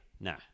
no